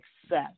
success